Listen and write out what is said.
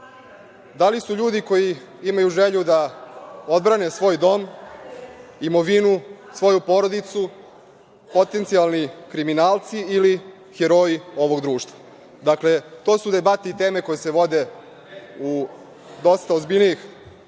da li su ljudi koji imaju želju da odbrane svoj dom, imovinu, svoju porodicu, potencijalni kriminalci ili heroji ovog društva. Dakle, to su debate i teme koje se vode u dosta ozbiljnijih